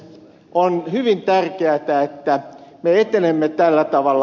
on hyvin tärkeätä että me etenemme tällä tavalla